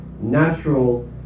Natural